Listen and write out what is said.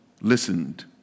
listened